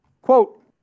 Quote